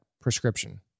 prescription